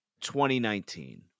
2019